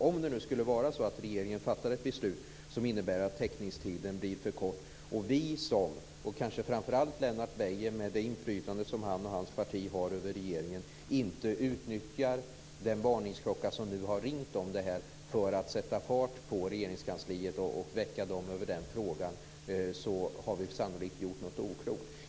Om det nu skulle vara så att regeringen fattar ett beslut som innebär att teckningstiden blir för kort och vi - kanske framför allt Lennart Beijer med det inflytande som han och hans parti har över regeringen - inte utnyttjar den varningsklocka som nu har ringt om detta för att sätta fart på Regeringskansliet och väcka dem i den frågan har vi sannolikt gjort något oklokt.